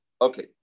Okay